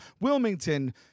Wilmington